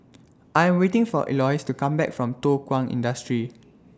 I Am waiting For Elois to Come Back from Thow Kwang Industry